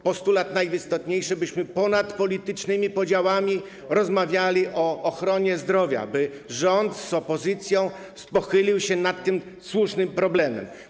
Postulat najistotniejszy: byśmy ponad politycznymi podziałami rozmawiali o ochronie zdrowia, by rząd z opozycją pochylił się nad tym słusznym problemem.